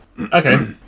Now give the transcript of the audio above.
Okay